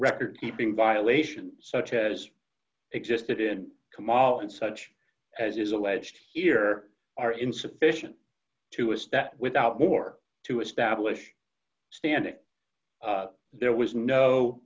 recordkeeping violation such as existed in kemal and such as is alleged here are insufficient to a step without more to establish standing there was